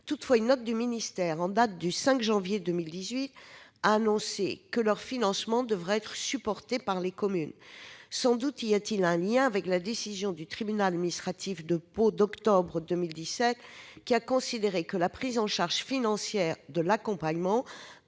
Toutefois, une note du ministère en date du 5 janvier 2018 a annoncé que leur financement devait être supporté par les communes. Sans doute y a-t-il un lien avec la décision du tribunal administratif de Pau d'octobre 2017, qui a considéré que la prise en charge financière de l'accompagnement